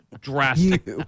drastic